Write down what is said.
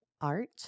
Art